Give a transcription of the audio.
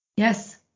Yes